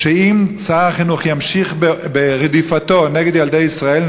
שאם שר החינוך ימשיך ברדיפתו נגד ילדי ישראל,